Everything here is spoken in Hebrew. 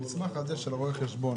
המסמך של רואה החשבון,